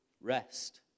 rest